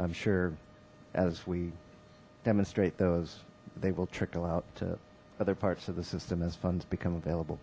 i'm sure as we demonstrate those they will trickle out to other parts of the system as funds become available